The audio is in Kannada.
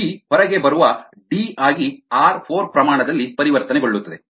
ಬಿ ಹೊರಗೆ ಬರುವ ಡಿ ಆಗಿ ಆರ್4 ಪ್ರಮಾಣ ದಲ್ಲಿ ಪರಿವರ್ತನೆಗೊಳ್ಳುತ್ತದೆ